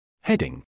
Heading